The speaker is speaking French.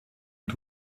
est